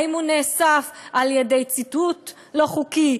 האם הוא נאסף על-ידי ציתות לא חוקי?